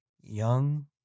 Young